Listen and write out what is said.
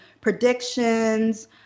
predictions